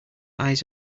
eyes